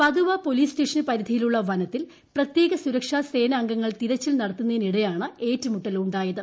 Padua police station പരിധിയിലുള്ള വനത്തിൽ പ്രത്യേക സുരക്ഷാ സേനാംഗങ്ങൾ തിരച്ചിൽ നടത്തുന്നതിനിടെയാണ് ഏറ്റുമുട്ടൽ ഉണ്ടായത്